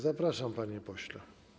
Zapraszam, panie pośle.